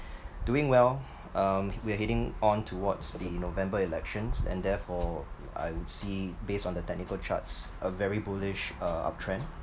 doing well um we're heading on towards the november elections and therefore I see based on the technical charts a very bullish uh uptrend